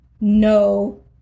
No